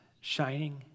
shining